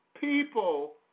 People